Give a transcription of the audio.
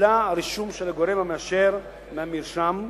שהותלה הרישום של גורם מאשר מהמרשם,